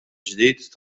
ġdid